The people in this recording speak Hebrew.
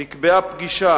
נקבעה פגישה,